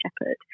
shepherd